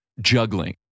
juggling